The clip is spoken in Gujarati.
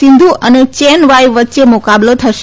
સીંધુ અને ચેન વાઈ વચ્ચે મુકાબલો થશે